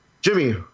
Jimmy